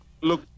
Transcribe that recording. look